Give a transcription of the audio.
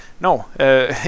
No